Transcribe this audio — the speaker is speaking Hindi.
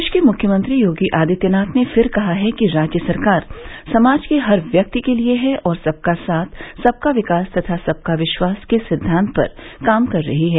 प्रदेश के मुख्यमंत्री योगी आदित्यनाथ ने फिर कहा है कि राज्य सरकार समाज के हर व्यक्ति के लिए है और सबका साथ सबका विकास तथा सबका विश्वास के सिद्वान्त पर काम कर रही है